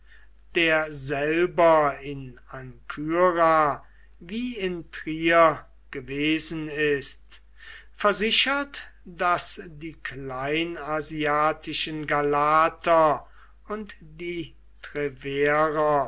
der selber in ancyra wie in trier gewesen ist versichert daß die kleinasiatischen galater und die treverer